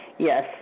Yes